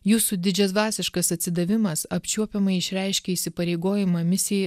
jūsų didžiadvasiškas atsidavimas apčiuopiamai išreiškia įsipareigojimą misijai